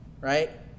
right